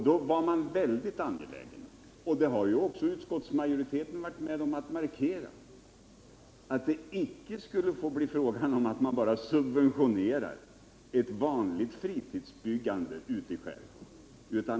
Då var man väldigt angelägen — och det har också utskottsmajoriteten varit med om att markera — att det icke skulle få bli fråga om att bara subventionera ett vanligt fritidsbyggande ute i skärgården.